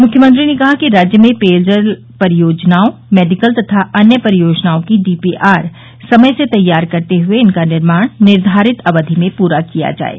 मुख्यमंत्री ने कहा कि राज्य में पेयजल योजनाओं मेडिकल तथा अन्य परियोजनाओं की डीपीआर समय से तैयार करते हुए इनका निर्माण निर्धारित अवधि में पूरा किया जाये